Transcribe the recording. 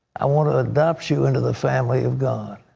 i want to adopt you into the family of god.